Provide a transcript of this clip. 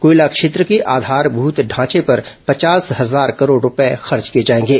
कोयला क्षेत्र के आधारभूत ढांचे पर पचास हजार करोड़ रुपये खर्च किए जाएंगे